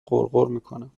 غرغرمیکنم